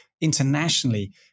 internationally